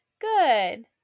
Good